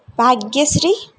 Bhagyashree